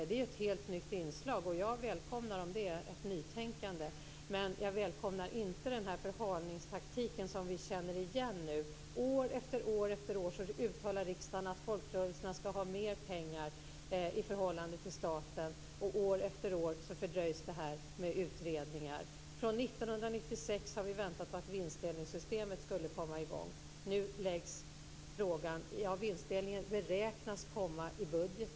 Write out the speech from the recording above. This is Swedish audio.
Det är ett helt nytt inslag, och jag välkomnar om det är ett nytänkande. Men jag välkomnar inte den här förhalningstaktiken som vi nu känner igen. År efter år uttalar riksdagen att folkrörelserna skall ha mer pengar i förhållande till staten, och år efter år fördröjs det här med utredningar. Från 1996 har vi väntat på att vinstdelningssystemet skall komma i gång. Nu beräknas vinstdelningen i budgeten.